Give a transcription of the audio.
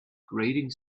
grating